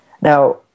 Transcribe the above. Now